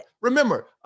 remember